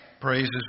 praises